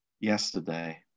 yesterday